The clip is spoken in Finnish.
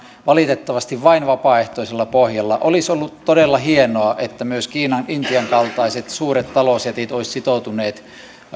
valitettavasti vain vapaaehtoisella pohjalla olisi ollut todella hienoa että myös kiinan ja intian kaltaiset suuret talousjätit olisivat sitoutuneet